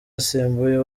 asimbuye